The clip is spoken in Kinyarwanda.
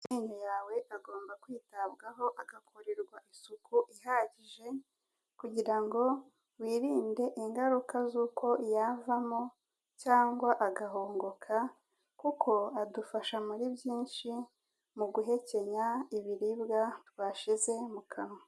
Amenyo yawe, agomba kwitabwaho, agakorerwa isuku ihagije, kugira ngo wirinde ingaruka z'uko yavamo, cyangwa agahongoka, kuko adufasha muri byinshi, mu guhekenya ibiribwa, bashize mu kanwa.